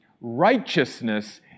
righteousness